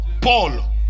Paul